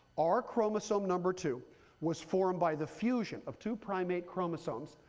our chromosome number two was formed by the fusion of two primate chromosomes.